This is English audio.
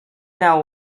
now